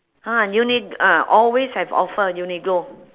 !huh! uniq~ ah always have offer uniqlo